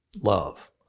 love